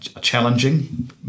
challenging